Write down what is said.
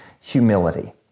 humility